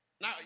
Now